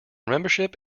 membership